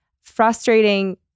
frustrating